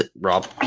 Rob